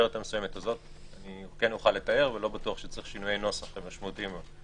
בנגזרת הזו לא בטוח שנצטרך שינויי נוסח משמעותיים,